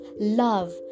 love